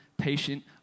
patient